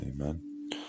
Amen